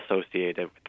associated